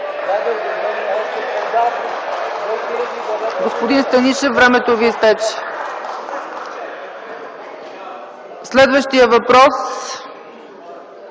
Господин Станишев, времето Ви изтече. Следващият въпрос